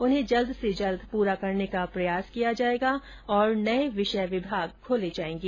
उन्हें जल्द से जल्द पूरा करने का प्रयास किया जायेगा और नये विषय विभाग खोले जायेंगे